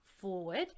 forward